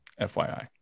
FYI